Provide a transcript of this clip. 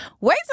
Wait